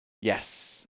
Yes